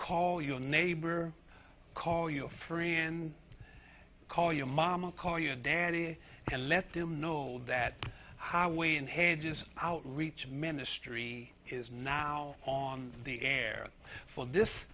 call your neighbor call your free and call your momma call your daddy and let them know that highway in hedges out reach ministry is now on the air for this